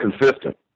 consistent